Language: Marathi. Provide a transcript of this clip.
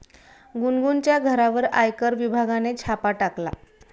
गुनगुनच्या घरावर आयकर विभागाने छापा टाकला